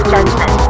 Judgment